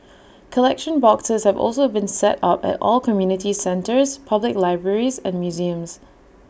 collection boxes have also been set up at all community centres public libraries and museums